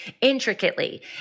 intricately